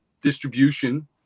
distribution